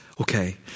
Okay